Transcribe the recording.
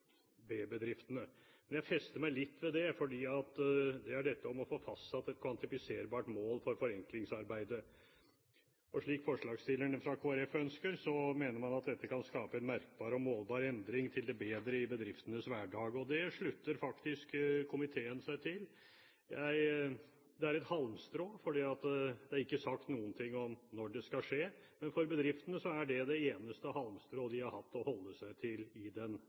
SMB. Men jeg fester meg litt ved det, for det er dette med å få fastsatt et kvantifiserbart mål for forenklingsarbeidet. Slik forslagsstillerne fra Kristelig Folkeparti ønsker det, mener man at dette kan skape en merkbar og målbar endring til det bedre i bedriftenes hverdag. Det slutter faktisk komiteen seg til. Det er et halmstrå, fordi det ikke er sagt noe om når det skal skje. Men for bedriftene er det det eneste halmstrået de har hatt å holde seg i i den